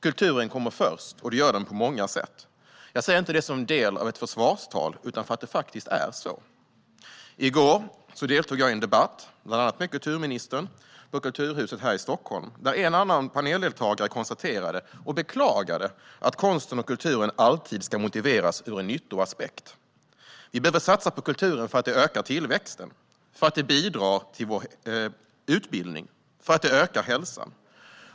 Kulturen kommer först, på många sätt. Det säger jag inte som en del av ett försvarstal, utan för att det faktiskt är på det sättet. I går deltog jag i en debatt, bland annat med kulturministern, på Kulturhuset här i Stockholm. Där konstaterade och beklagade en annan paneldeltagare att konsten och kulturen alltid ska motiveras ur en nyttoaspekt. Vi behöver satsa på kulturen för att det ökar tillväxten, för att det bidrar till vår utbildning och för att det är bra för hälsan.